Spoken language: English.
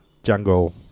Jungle